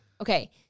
Okay